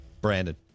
Brandon